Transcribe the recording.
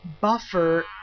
buffer